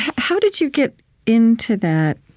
how did you get into that?